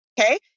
Okay